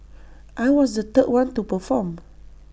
I was the third one to perform